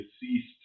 deceased